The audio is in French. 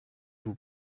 vos